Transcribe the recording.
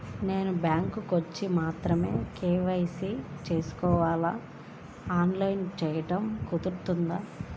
నేను బ్యాంక్ వచ్చి మాత్రమే కే.వై.సి చేయించుకోవాలా? ఆన్లైన్లో చేయటం కుదరదా?